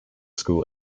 school